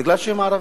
בגלל שהם ערבים.